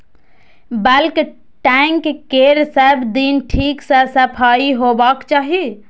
bulk tank केर सब दिन ठीक सं सफाइ होबाक चाही